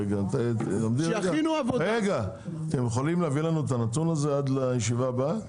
אתם יכולים להביא לנו את הנתון הזה עד לישיבה הבאה?